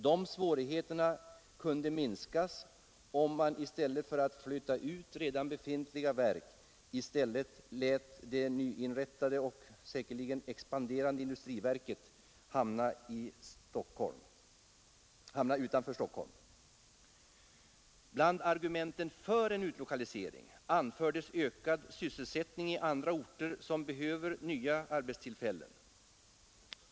De svårigheterna kunde minskas om man i stället för att flytta ut redan befintliga verk lät det nyinrättade och säkerligen expanderande industriverket hamna utanför Stockholm. Bland argumenten för en utlokalisering anfördes ökad sysselsättning i andra orter som behöver nya arbetstillfällen.